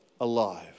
alive